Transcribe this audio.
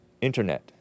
Internet